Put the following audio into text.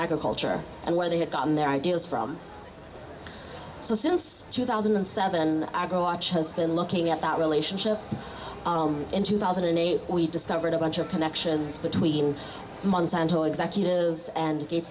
agriculture and where they had gotten their ideas from so since two thousand and seven i go watch has been looking at that relationship in two thousand and eight we discovered a bunch of connections between monsanto executives and